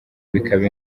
bikaba